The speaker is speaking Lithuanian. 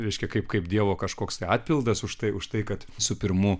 reiškia kaip kaip dievo kažkoks atpildas už tai už tai kad su pirmu